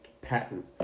patent